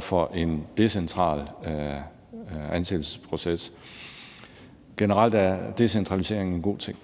til en decentral ansættelsesproces. Generelt er decentralisering en god ting.